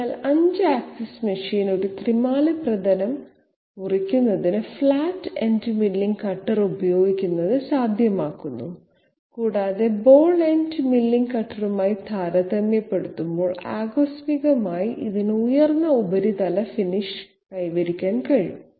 അതിനാൽ 5 axis machine ഒരു ത്രിമാന പ്രതലം മുറിക്കുന്നതിന് ഫ്ലാറ്റ് എൻഡ് മില്ലിംഗ് കട്ടർ ഉപയോഗിക്കുന്നത് സാധ്യമാക്കുന്നു കൂടാതെ ബോൾ എൻഡ് മില്ലിംഗ് കട്ടറുമായി താരതമ്യപ്പെടുത്തുമ്പോൾ ആകസ്മികമായി ഇതിന് ഉയർന്ന ഉപരിതല ഫിനിഷ് കൈവരിക്കാൻ കഴിയും